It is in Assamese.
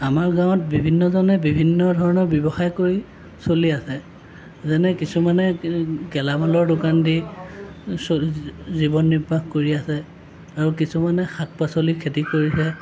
আমাৰ গাঁৱত বিভিন্নজনে বিভিন্ন ধৰণৰ ব্যৱসায় কৰি চলি আছে যেনে কিছুমানে গেলামালৰ দোকান দি চলি জীৱন নিৰ্বাহ কৰি আছে আৰু কিছুমানে শাক পাচলিৰ খেতি কৰিছে